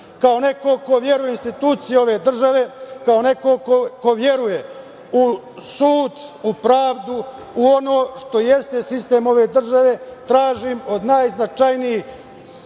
neko ko veruje u institucije ove države, kao neko ko veruje u sud, u pravdu, u ono što jeste sistem ove države, tražim od najznačajnijih